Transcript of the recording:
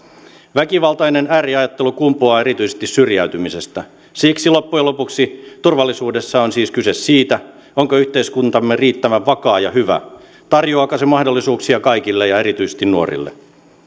väkivaltainen ääriajattelu kumpuaa erityisesti syrjäytymisestä siksi loppujen lopuksi turvallisuudessa on siis kyse siitä onko yhteiskuntamme riittävän vakaa ja hyvä tarjoaako se mahdollisuuksia kaikille ja erityisesti nuorille